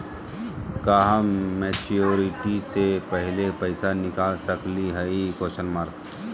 का हम मैच्योरिटी से पहले पैसा निकाल सकली हई?